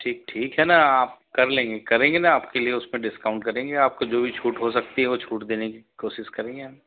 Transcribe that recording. ठीक ठीक है न आप कर लेंगे करेंगे न आपके लिए उसमें डिस्काउंट करेंगे आपको जो भी छूट हो सकती है छूट देने की कोशिश करेंगे हम